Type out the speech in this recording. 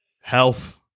health